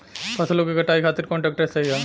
फसलों के कटाई खातिर कौन ट्रैक्टर सही ह?